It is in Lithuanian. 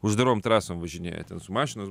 uždarom trąsom važinėja ten su mašina